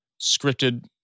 scripted